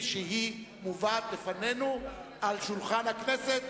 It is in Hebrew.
שהיא מובאת בפנינו על שולחן הכנסת,